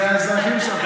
אחרי זה אתם אומרים: